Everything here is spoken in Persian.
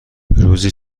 روزی